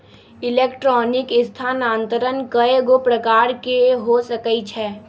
electronic स्थानान्तरण कएगो प्रकार के हो सकइ छै